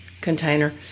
container